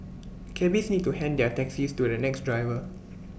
cabbies need to hand their taxis to the next driver